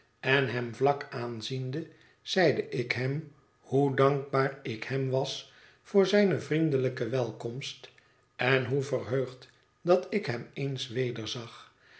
en hem vlak aanziende zeide ik hem hoe dankbaar ik hem was voor zijne vriendelijke welkomst en hoe verheugd dat ik hem eens wederzag